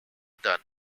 done